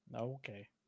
Okay